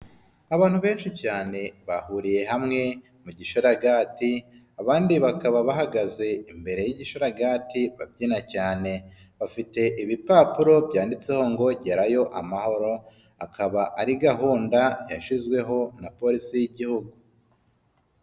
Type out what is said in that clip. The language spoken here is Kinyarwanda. Abantu benshi cyane bahuriye hamwe mu mugishagati, abandi bakaba bahagaze imbere y'igishaga babyina cyane bafite ibipapuro byanditseho ngo gerayo amahoro akaba ari gahunda yashyizweho na polisi y'igihugu.